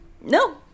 no